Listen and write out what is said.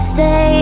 say